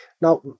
Now